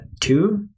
two